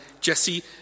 Jesse